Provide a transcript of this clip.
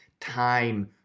time